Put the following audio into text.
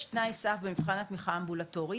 יש תנאי סף במבחן התמיכה האמבולטורי,